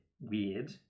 weird